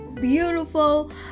beautiful